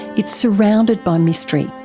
it's surrounded by mystery,